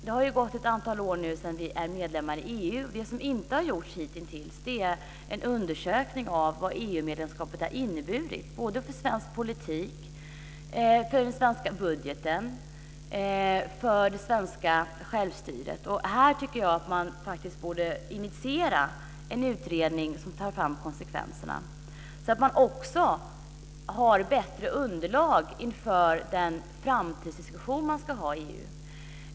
Det har nu gått ett antal år sedan vi blev medlemmar i EU. Något som hitintills inte har gjorts är en undersökning av vad EU-medlemskapet har inneburit för svensk politik, för den svenska budgeten och för det svenska självstyret. Jag tycker att man borde initiera en utredning för att få fram konsekvenserna. Då skulle man också få ett bättre underlag för den framtidsdiskussion som ska föras inom EU.